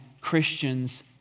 Christians